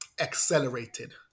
accelerated